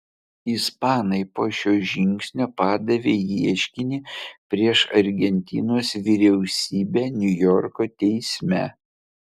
ispanai po šio žingsnio padavė ieškinį prieš argentinos vyriausybę niujorko teisme